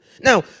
now